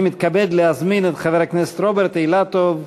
אני מתכבד להזמין את חבר הכנסת רוברט אילטוב,